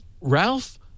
Ralph